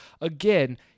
again